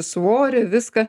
svorį viską